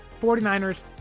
49ers